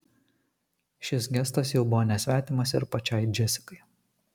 šis gestas jau buvo nesvetimas ir pačiai džesikai